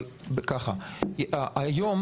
היום,